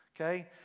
Okay